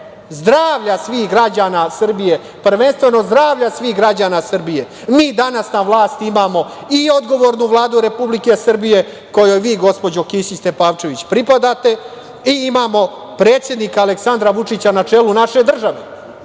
zdravlja svih građana Srbije, prvenstveno zdravlja svih građana Srbije, mi danas na vlasti imamo i odgovornu Vladu Republike Srbije, kojoj vi gospođo Kisić Tepavčević pripadate, i imamo predsednika Aleksandra Vučića na čelu naše države.